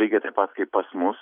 lygiai taip pat kaip pas mus